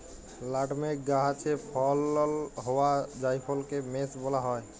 nutmeg গাহাচে ফলল হউয়া জাইফলকে মেস ব্যলা হ্যয়